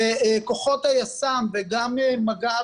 וכוחות היס"מ וגם מג"ב,